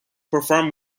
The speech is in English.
perform